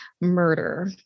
murder